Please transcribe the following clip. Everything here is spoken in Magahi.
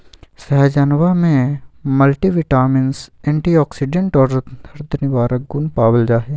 सहजनवा में मल्टीविटामिंस एंटीऑक्सीडेंट और दर्द निवारक गुण पावल जाहई